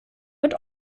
mit